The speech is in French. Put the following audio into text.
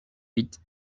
huit